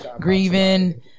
grieving